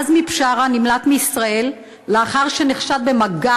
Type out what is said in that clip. עזמי בשארה נמלט מישראל לאחר שנחשד במגע